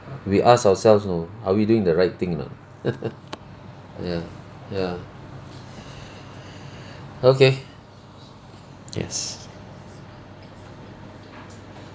we ask ourselves know are we doing the right thing or not ya ya okay yes